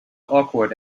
awkward